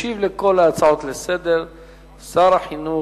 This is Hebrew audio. ישיב על כל ההצעות לסדר-היום שר החינוך,